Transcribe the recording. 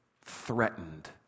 threatened